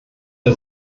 der